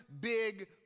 big